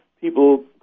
people